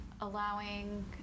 allowing